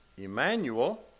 Emmanuel